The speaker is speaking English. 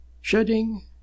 Shedding